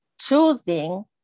choosing